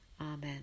Amen